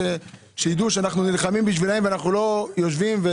שידעו שאנחנו נלחמים בשבילם ואנחנו לא יושבים.